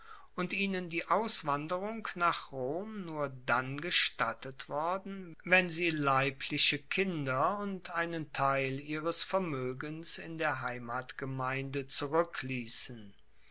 und ihnen die auswanderung nach rom nur dann gestattet worden wenn sie leibliche kinder und einen teil ihres vermoegens in der heimatgemeinde